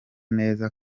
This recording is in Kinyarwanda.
neza